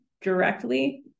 directly